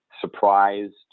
surprised